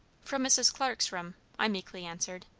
from mrs. clarke's room, i meekly answered.